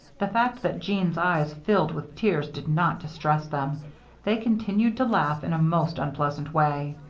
the fact that jeanne's eyes filled with tears did not distress them they continued to laugh in a most unpleasant way.